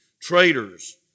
traitors